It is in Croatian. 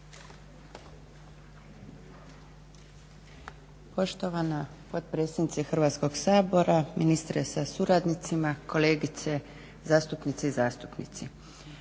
Poštovana potpredsjednice Hrvatskog sabora, ministre sa suradnicima, kolegice zastupnice i zastupnici.